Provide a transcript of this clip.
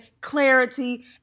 clarity